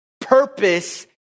purpose